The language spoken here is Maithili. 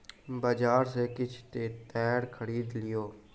बजार सॅ किछ तेतैर खरीद लिअ